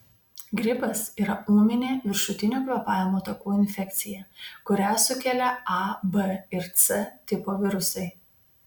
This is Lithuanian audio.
gripas yra ūminė viršutinių kvėpavimo takų infekcija kurią sukelia a b arba c tipo virusai